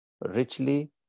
richly